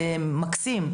זה מקסים,